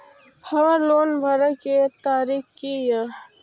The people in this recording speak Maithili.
हमर लोन भरए के तारीख की ये?